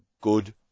good